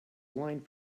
aligned